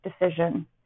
decision